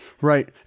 Right